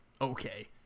Okay